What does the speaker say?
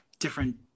Different